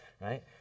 right